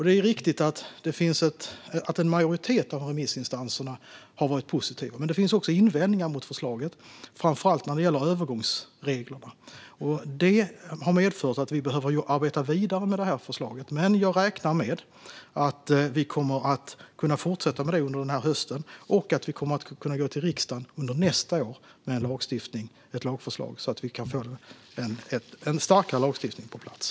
Det är riktigt att en majoritet av remissinstanserna har varit positiva, men det finns också invändningar mot förslaget, framför allt när det gäller övergångsreglerna. Detta har medfört att vi behöver arbeta vidare med förslaget. Jag räknar dock med att vi kommer att kunna fortsätta med det under hösten och att vi kommer att kunna gå till riksdagen under nästa år med ett lagförslag så att vi kan få en starkare lagstiftning på plats.